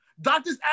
Doctor's